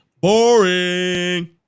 Boring